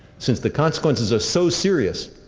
since the consequences are so serious,